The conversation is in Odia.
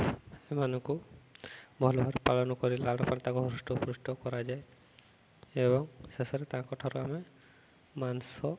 ସେମାନଙ୍କୁ ଭଲ ଭାବ ପାଳନ କରି ଲାଳନପାଳନ ତାକୁ ହୃଷ୍ଟପୁଷ୍ଟ କରାଯାଏ ଏବଂ ଶେଷରେ ତାଙ୍କ ଠାରୁ ଆମେ ମାଂସ